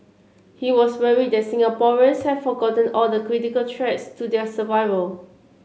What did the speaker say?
he was worried that Singaporeans have forgotten all the critical threats to their survival